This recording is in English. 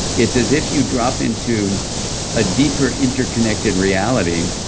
it's as if you drop into a deeper interconnected reality,